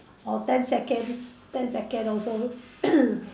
or ten seconds ten second also